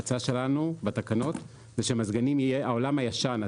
ההצעה שלנו בתקנות היא שלגבי המזגנים "העולם הישן"